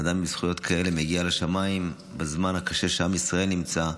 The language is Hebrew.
אדם עם זכויות כאלה מגיע לשמיים בזמן הקשה שעם ישראל נמצא בו,